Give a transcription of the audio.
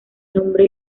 nombre